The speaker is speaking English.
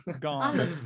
Gone